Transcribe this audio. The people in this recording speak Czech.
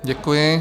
Děkuji.